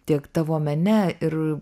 tiek tavo mene ir